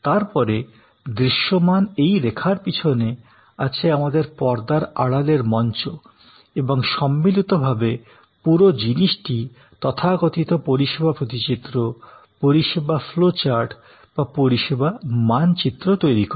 তারপরে দৃশ্যমান এই রেখার পিছনে আছে আমাদের পর্দার আড়ালের মঞ্চ এবং সম্মিলিতভাবে পুরো জিনিসটি তথাকথিত পরিষেবা প্রতিচিত্র পরিষেবা ফ্লো চার্ট বা পরিষেবা মানচিত্র তৈরি করে